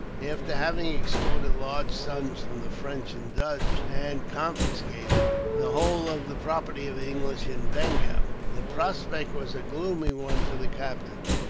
after having extorted large sums from the french and dutch, and confiscated the whole of the property of the english in bengal. the prospect was a gloomy one for the captives.